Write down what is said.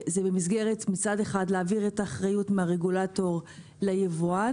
מצד אחד זה להעביר את האחריות מהרגולטור ליבואן,